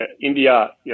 India